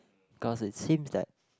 cause it seems that